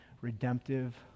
redemptive